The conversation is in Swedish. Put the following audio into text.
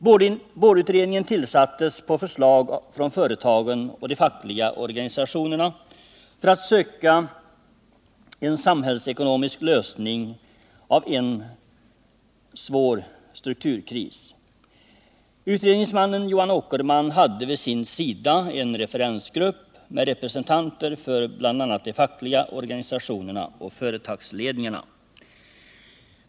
Boardutredningen tillsattes på förslag från företagen och de fackliga organisationerna för att söka en samhällsekonomisk lösning av en svår strukturkris. Utredningsmannen Johan Åkerman hade vid sin sida en referensgrupp med representanter för bl.a. de fackliga organisationerna och företagsledningarna.